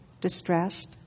Distressed